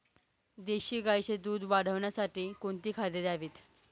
देशी गाईचे दूध वाढवण्यासाठी कोणती खाद्ये द्यावीत?